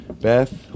Beth